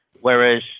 Whereas